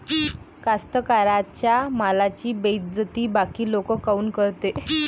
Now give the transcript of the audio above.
कास्तकाराइच्या मालाची बेइज्जती बाकी लोक काऊन करते?